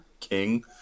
King